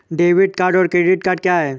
Debit और credit क्या है?